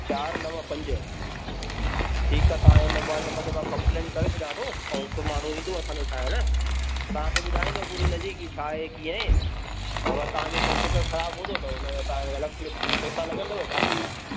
चरि नव पंज ठीकु आहे तव्हांजे मोबाइल नंबर ते मां कंप्लेन करे छॾियां थो ऐं हिकु माण्हू ईंदव असांजो ठाइण तव्हांखे ॿुधाइंदव पूरी इनजी की छाहे कीअं ए अगरि तव्हांजो कंप्रेसर ख़राब हूंदो त उनजा तव्हाजा अलगि सां पेसा लॻंदव बाक़ी